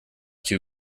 too